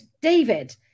David